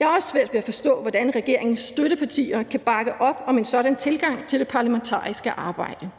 Jeg har også svært ved at forstå, hvordan regeringens støttepartier kan bakke op om en sådan tilgang til det parlamentariske arbejde.